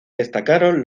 destacaron